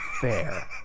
fair